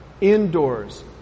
indoors